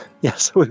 yes